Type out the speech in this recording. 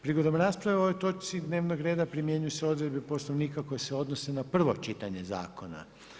Prigodom rasprave o ovoj točci dnevnog reda primjenjuju se odredbe Poslovnika koje se odnose na prvo čitanje zakona.